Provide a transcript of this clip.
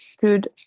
good